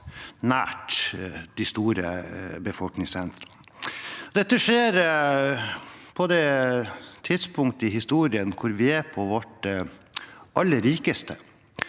nær de store befolkningssentrene. Dette skjer på det tidspunktet i historien hvor vi er på vårt aller rikeste,